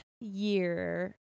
year